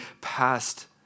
past